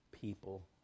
people